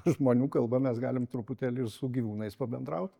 žmonių kalba mes galim truputėlį ir su gyvūnais pabendraut